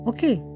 Okay